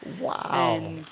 Wow